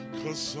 cause